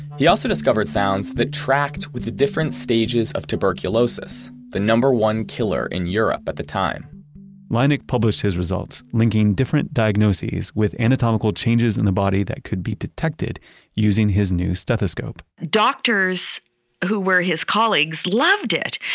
he also discovered sounds that tracked with the different stages of tuberculosis, the number one killer in europe at the time laennec published his results, linking different diagnoses with anatomical changes in the body that could be detected using his new stethoscope doctors who were his colleagues loved it.